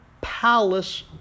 palace